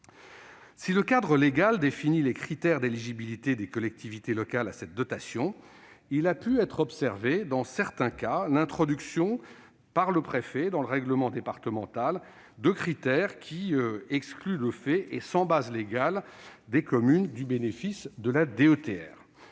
Si le cadre légal définit les critères d'éligibilité des collectivités locales à cette dotation, il a pu être observé dans certains cas l'introduction par le préfet dans le règlement départemental de critères qui excluent de fait et sans base légale des communes du bénéfice de la DETR.